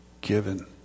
given